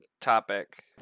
topic